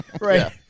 right